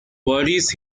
worries